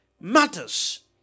matters